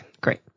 great